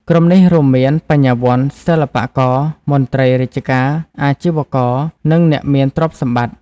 ក្រុមនេះរួមមាន បញ្ញវន្ត សិល្បករ មន្ត្រីរាជការ អាជីវករ និងអ្នកមានទ្រព្យសម្បត្តិ។